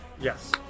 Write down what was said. Yes